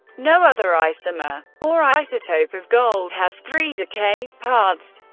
no other isomer or isotope of gold has three decay paths.